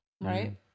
Right